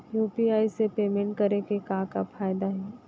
UPI से payment करे के का का फायदा हे?